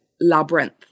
labyrinth